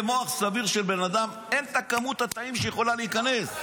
במוח סביר של בן אדם אין את כמות התאים שיכולה להיכנס,